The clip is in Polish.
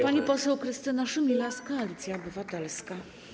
Pani poseł Krystyna Szumilas, Koalicja Obywatelska.